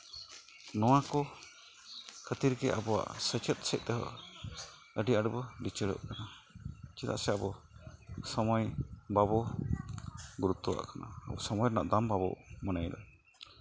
ᱱᱚᱣᱟᱠᱚ ᱠᱷᱟᱹᱛᱤᱨ ᱜᱮ ᱟᱵᱚᱣᱟᱜ ᱥᱮᱪᱮᱫ ᱥᱮᱫ ᱛᱮᱦᱚᱸ ᱟᱹᱰᱤ ᱟᱸᱴ ᱵᱚᱱ ᱞᱤᱪᱟᱹᱲᱚᱜ ᱠᱟᱱᱟ ᱪᱮᱫᱟᱜ ᱥᱮ ᱟᱵᱚ ᱥᱚᱢᱚᱭ ᱵᱟᱵᱚ ᱜᱩᱨᱩᱛᱛᱚᱣᱟᱜ ᱠᱟᱱᱟ ᱥᱚᱢᱚᱭ ᱨᱮᱱᱟᱜ ᱫᱟᱢ ᱵᱟᱵᱚᱱ ᱢᱚᱱᱮᱭᱮᱫᱟ